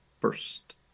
first